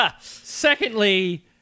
Secondly